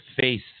face